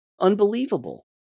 Unbelievable